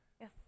Yes